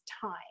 time